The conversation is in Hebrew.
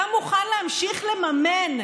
אתה מוכן להמשיך לממן?